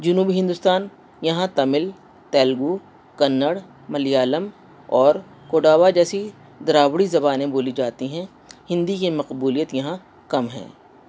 جنوبی ہندوستان یہاں تمل تیلگو کنڑ ملیالم اور کوڈاوا جیسی دراوڑی زبانیں بولی جاتی ہیں ہندی کی مقبولیت یہاں کم ہیں